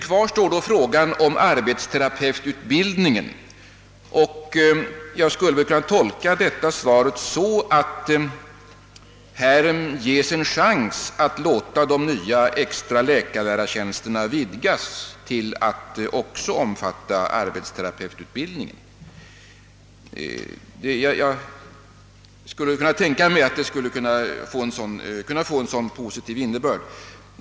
Kvar står då frågan om arbetsterapeututbildningen. Jag vill gärna tolka ecklesiastikministerns svar så, att här ges en chans att låta de nya extra läkarlärartjänsterna vidgas till att också omfatta arbetsterapeututbildningen — det aktuella beslutet skulle väl kunna få en sådan positiv innebörd.